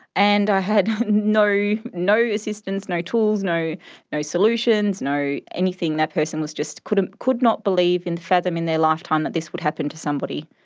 and i had no no assistance, no tools, no no solutions, no anything, that person just could ah could not believe and fathom in their lifetime that this would happen to somebody.